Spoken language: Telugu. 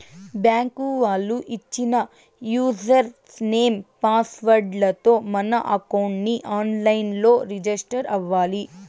బ్యాంకు వాళ్ళు ఇచ్చిన యూజర్ నేమ్, పాస్ వర్డ్ లతో మనం అకౌంట్ ని ఆన్ లైన్ లో రిజిస్టర్ అవ్వాలి